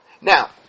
Now